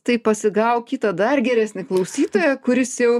tai pasigauk kitą dar geresnį klausytoją kuris jau